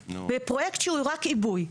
בפרויקט שהוא רק עיבוי,